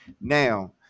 Now